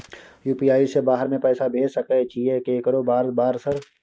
UPI से बाहर में पैसा भेज सकय छीयै केकरो बार बार सर?